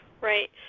Right